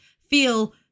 feel